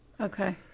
Okay